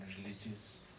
religious